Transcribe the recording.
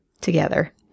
together